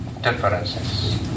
differences